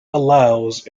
allows